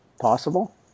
possible